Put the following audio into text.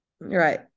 right